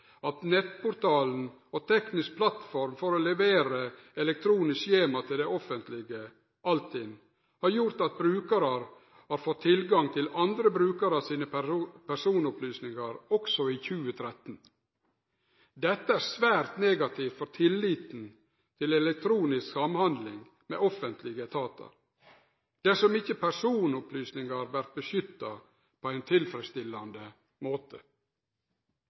at nettportalen og den tekniske plattforma for å levere elektroniske skjema til det offentlege, Altinn, har gjort at brukarar har fått tilgang til andre brukarar sine personopplysningar, òg i 2013. Dette er svært negativt for tilliten til elektronisk samhandling med offentlege etatar, dersom ikkje personopplysningar vert beskytta på ein tilfredsstillande måte.